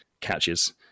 catches